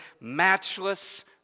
matchless